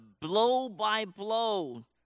blow-by-blow